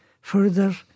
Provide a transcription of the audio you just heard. further